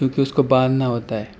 کیونکہ اس کو باندھنا ہوتا ہے